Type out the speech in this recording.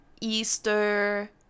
Easter